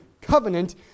covenant